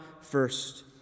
first